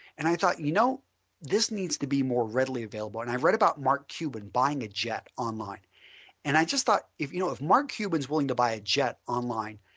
and i thought you know this needs to be more readily available. and i read about mark cuban buying a jet online and i just thought if you know if mark cuban is willing to buy jet online,